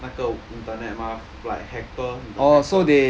那个 internet 嘛 like hacker 你懂 hacker